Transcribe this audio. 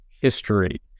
history